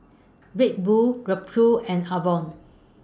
Red Bull Ripcurl and Avalon